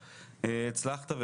הצלחת.